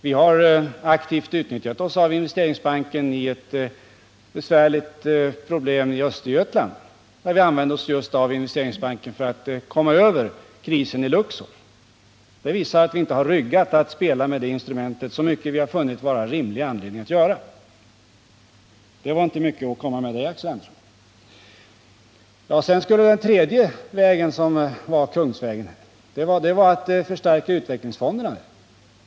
Vi har aktivt använt oss av investeringsbanken för att lösa ett besvärligt problem i Östergötland, nämligen krisen i Luxor. Det visar att vi inte har ryggat för att spela med det instrumentet så mycket som vi har funnit att det finns rimlig anledning att göra. — Det var inte mycket att komma med, Axel Andersson. Den tredje kungsvägen var att förstärka utvecklingsfonderna.